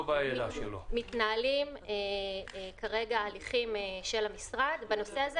מתנהלים כרגע הליכים של המשרד בנושא.